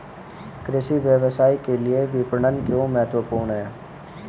कृषि व्यवसाय के लिए विपणन क्यों महत्वपूर्ण है?